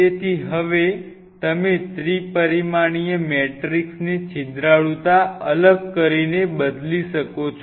તેથી હવે તમે ત્રિપરિમાણીય મેટ્રિક્સની છિદ્રાળુતા અલગ કરીને બદલી શકો છો